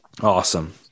Awesome